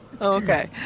Okay